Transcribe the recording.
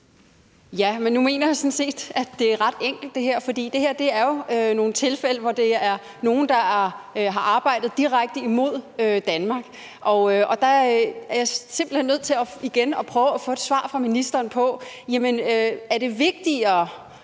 Ja, men nu mener jeg sådan set, at det her er ret enkelt, for det er jo nogle tilfælde, hvor det er nogle, der har arbejdet direkte imod Danmark. Og der er jeg simpelt hen nødt til igen at prøve at få et svar fra ministeren: Er det vigtigere